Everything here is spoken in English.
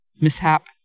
mishap